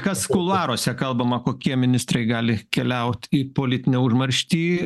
kas kuluaruose kalbama kokie ministrai gali keliaut į politinę užmarštį